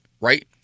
right